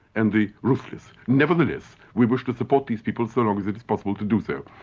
and the ruthless. nevertheless, we wish to support these people so long as it is possible to do so,